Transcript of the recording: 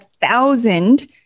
thousand